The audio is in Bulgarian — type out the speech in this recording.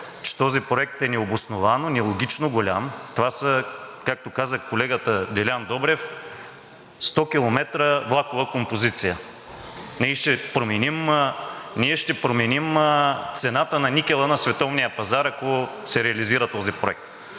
че този проект е необосновано, нелогично голям. Това са, както каза колегата Делян Добрев, 100 км влакова композиция. Ние ще променим цената на никела на световния пазар, ако се реализира този проект.